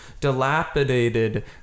dilapidated